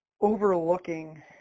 overlooking